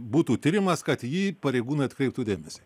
būtų tiriamas kad į jį pareigūnai atkreiptų dėmesį